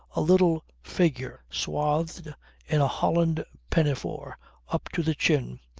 a little figure swathed in a holland pinafore up to the chin,